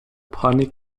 pony